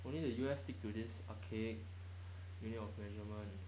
only the U_S stick to this archaea unit of measurement